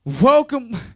Welcome